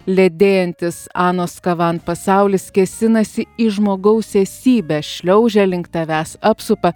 ledėjantis anos kavan pasaulis kėsinasi į žmogaus esybę šliaužia link tavęs apsupa